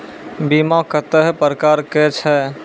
बीमा कत्तेक प्रकारक छै?